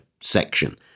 section